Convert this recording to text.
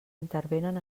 intervenen